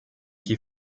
chi